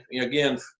again